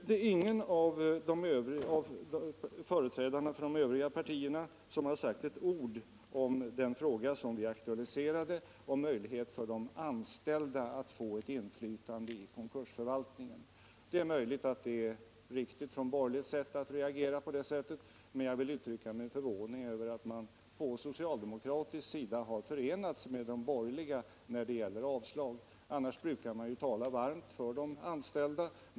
Det är ingen av företrädarna för de övriga partierna som har sagt ett ord om den fråga som vi aktualiserat om möjlighet för de anställda att få ett inflytande i konkursförvaltningen. Det är möjligt att det är riktigt från borgerlig synpunkt att reagera på det sättet. Men jag vill uttrycka min förvåning över att socialdemokraterna här har förenats med de borgerliga om ett avslag. Annars brukar de ju tala varmt för de anställda.